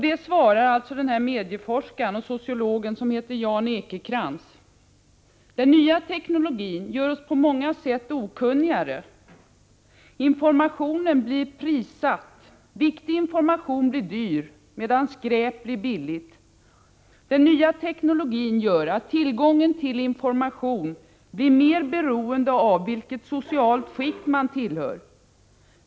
Den nya teknologin gör oss på många sätt okunnigare, säger medieforskaren och sociologen Jan Ekekrantz. Informationen blir prissatt. Viktig information blir dyr medan skräp blir billigt. Den nya teknologin gör att tillgången till information blir mer beroende av vilket socialt skikt man tillhör.